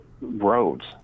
roads